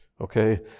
Okay